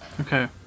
Okay